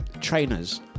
trainers